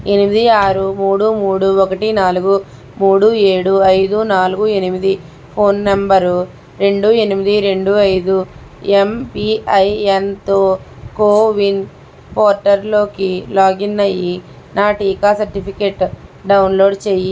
ఎనిమిది ఆరు మూడు మూడు ఒకటి నాలుగు మూడు ఏడు ఐదు నాలుగు ఎనిమిది ఫోన్ నంబరు రెండు ఎనిమిది రెండు ఐదు ఎమ్పిఐఎన్తో కోవిన్ పోర్టల్లోకి లాగిన్ అయ్యి నా టీకా సర్టిఫికేట్ డౌన్లోడ్ చేయి